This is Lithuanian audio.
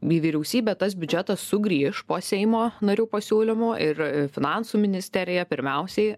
į vyriausybę tas biudžetas sugrįš po seimo narių pasiūlymų ir finansų ministerija pirmiausiai